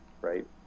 right